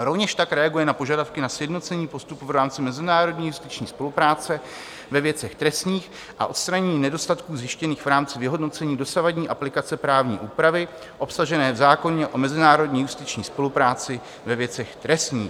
Rovněž tak reaguje na požadavky na sjednocení postupu v rámci mezinárodní justiční spolupráce ve věcech trestních a odstranění nedostatků zjištěných v rámci vyhodnocení dosavadní aplikace právní úpravy obsažené v zákoně o mezinárodní justiční spolupráci ve věcech trestních.